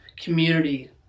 community